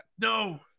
No